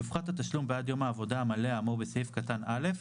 יופחת התשלום בעד יום העבודה המלא האמור בסעיף קטן (א),